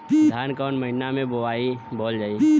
धान कवन महिना में बोवल जाई?